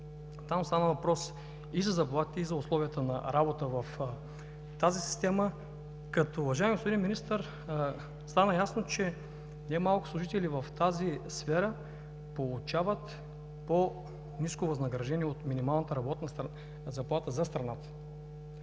там стана въпрос и за заплатите, и за условията на работа в тази система, като, уважаеми господин Министър, стана ясно, че не малко служители в тази сфера получават по-ниско възнаграждение от минималната работна заплата за страната.